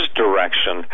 direction